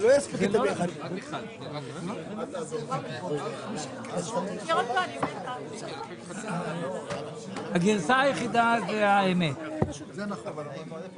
לא מדובר בפעילויות שבוצעו בשנה הנוכחית אלא בגין פעילות שבוצעה כבר